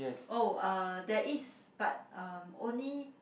oh uh there is but uh only